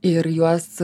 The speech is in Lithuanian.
ir juos